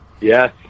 Yes